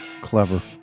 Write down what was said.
Clever